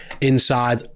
inside